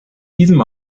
diesem